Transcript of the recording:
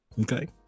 Okay